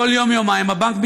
כל יום-יומיים הבנק מתקשר,